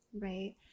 Right